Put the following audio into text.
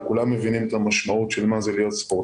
אבל כולם מבינים את המשמעות של מה זה להיות ספורטאי.